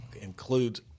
includes